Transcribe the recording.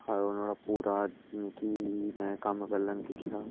नुआढ़ा पूरा जेहकी में कम्म पैहला नी दिक्खेआ